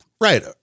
Right